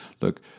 look